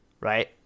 right